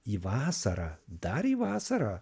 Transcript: į vasarą dar į vasarą